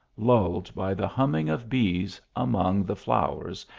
lulled by the humming of bees among the flowers,